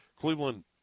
Cleveland